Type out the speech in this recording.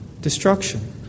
Destruction